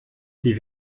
die